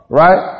right